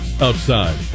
outside